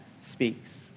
speaks